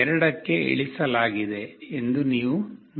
2 ಕ್ಕೆ ಇಳಿಸಲಾಗಿದೆ ಎಂದು ನೀವು ನೋಡುತ್ತೀರಿ